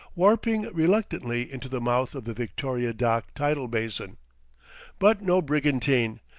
warping reluctantly into the mouth of the victoria dock tidal basin but no brigantine,